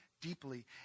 deeply